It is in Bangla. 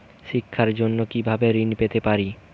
শিক্ষার জন্য কি ভাবে ঋণ পেতে পারি?